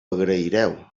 agraireu